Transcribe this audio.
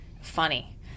funny